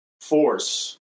force